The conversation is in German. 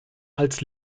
als